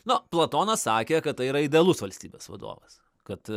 na platonas sakė kad tai yra idealus valstybės vadovas kad